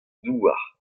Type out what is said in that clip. douar